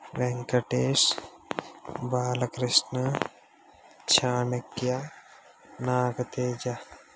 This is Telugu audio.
వెంకటేష్ బాలకృష్ణ చాణిక్య నాగతేజ